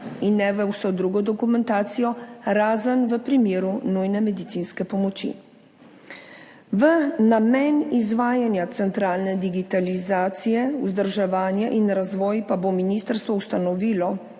in ne v vso drugo dokumentacijo, razen v primeru nujne medicinske pomoči. V namen izvajanja centralne digitalizacije, vzdrževanje in razvoj pa bo ministrstvo ustanovilo